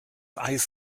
eis